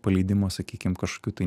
paleidimo sakykim kažkokių tai